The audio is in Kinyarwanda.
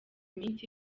iminsi